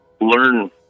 learn